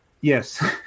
Yes